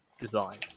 designs